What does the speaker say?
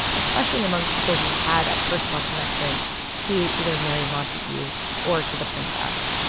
especially among people who had a personal connection to either mary montagu or to the princess